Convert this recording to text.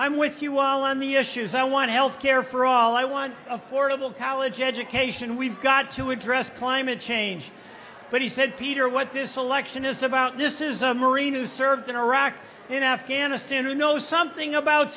i'm with you all on the issues i want health care for all i want affordable college education we've got to address climate change but he said peter what this election is about this is a marine who served in iraq and afghanistan who know something about